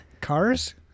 Cars